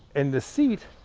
and the seat,